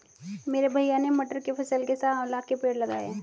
मेरे भैया ने मटर की फसल के साथ आंवला के पेड़ लगाए हैं